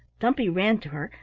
dumpy ran to her,